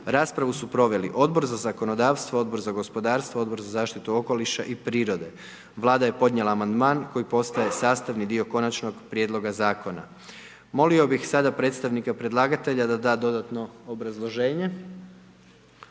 Raspravu su proveli Odbor za zakonodavstvo, Odbor za gospodarstvo, Odbor za zaštitu okoliša i prirod. Vlada je podnijela amandman koji postaje sastavni dio Konačnog prijedloga Zakona. Molio bih sada predstavnika predlagatelja da da dodatno obrazloženje.